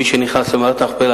מי שנכנס למערת המכפלה,